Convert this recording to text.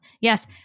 Yes